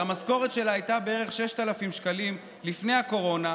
שהמשכורת שלה הייתה בערך 6,000 שקלים לפני הקורונה,